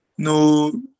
No